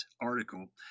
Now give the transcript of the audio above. article